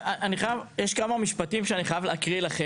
מסכים.